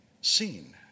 seen